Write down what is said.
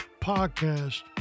Podcast